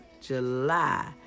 July